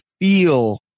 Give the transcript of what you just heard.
feel